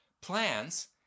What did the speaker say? plans